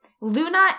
Luna